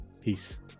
Peace